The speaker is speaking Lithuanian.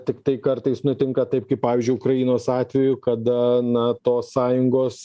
tiktai kartais nutinka taip kaip pavyzdžiui ukrainos atveju kada na tos sąjungos